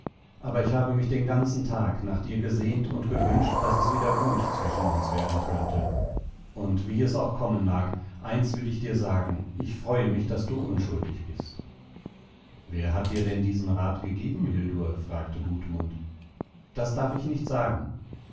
aber ich habe mich den ganzen tag nach dir gesehnt und gewünscht daß es wieder gut zwischen uns werden könnte und wie es auch kommen mag eins will ich dir sagen ich freue mich daß du unschuldig bist wer hat dir denn diesen rat gegeben hildur fragte gudmund das darf ich nicht sagen